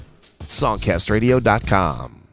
songcastradio.com